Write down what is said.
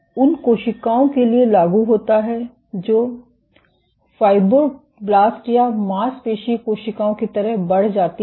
यह उन कोशिकाओं के लिए लागू होता है जो फाइब्रोब्लास्ट या मांसपेशी कोशिकाओं की तरह बढ़ जाती हैं